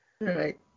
right